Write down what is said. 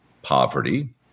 poverty